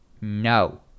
No